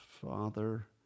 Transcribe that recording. father